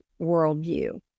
worldview